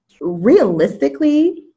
realistically